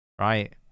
right